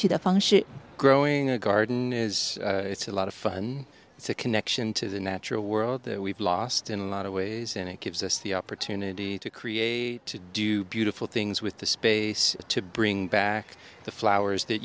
function growing a garden is it's a lot of fun it's a connection to the natural world that we've lost in a lot of ways and it gives us the opportunity to create to do beautiful things with the space to bring back the flowers that